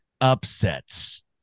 upsets